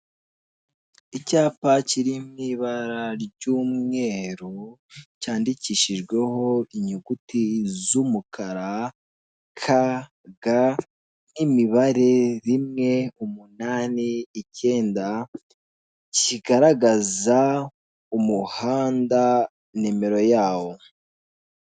Icyapa kiriwi ibara ry'umweru cyandikishijweho inyuguti z'umukara ka, ga, imibare rimwe umunani, icyenda, kigaragaza umuhanda nimero yawo.